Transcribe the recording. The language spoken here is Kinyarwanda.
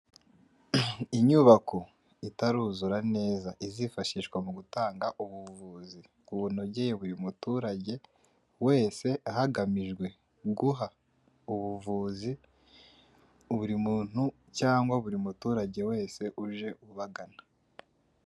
Inyubako itaruzura neza izifashishwa mu gutanga ubuvuzi bunogeye buri muturage wese hagamijwe guha ubuvuzi buri muntu cyangwa buri muturage wese uje ubagana.